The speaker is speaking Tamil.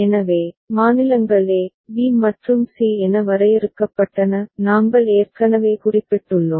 எனவே மாநிலங்கள் a b மற்றும் c என வரையறுக்கப்பட்டன நாங்கள் ஏற்கனவே குறிப்பிட்டுள்ளோம்